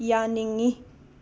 ꯌꯥꯅꯤꯡꯉꯤ